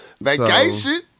Vacation